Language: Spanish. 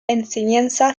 enseñanza